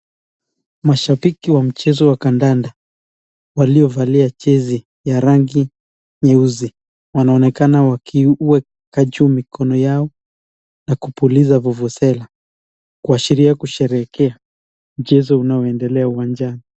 Mashabiki wa mchezo wa kandanda waliovalia jezi ya rangi nyeusi wanaonekana wakiweka juu mikomo yao na kupuliza vuvuzela kuashiria kusherehekea mchezo unaoendelea uwanjani.